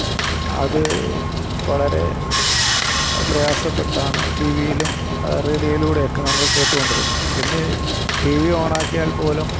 അത് വളരെ പ്രയാസപ്പെട്ടാണ് ടിവിയിലും റേഡിയോയിലൂടെയൊക്കെ നമ്മള് കേട്ടു കൊണ്ടിരുന്നത് ഇന്ന് ടി വി ഓണാക്കിയാല്പ്പോലും